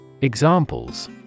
Examples